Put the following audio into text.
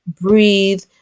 breathe